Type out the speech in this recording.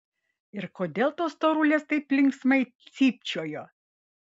ir kodėl tos storulės taip linksmai cypčiojo